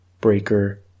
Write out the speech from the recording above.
Breaker